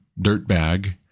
dirtbag